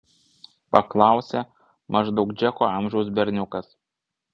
paklausė maždaug džeko amžiaus berniukas